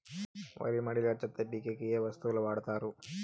వరి మడిలో చెత్త పీకేకి ఏ వస్తువులు వాడుతారు?